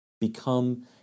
become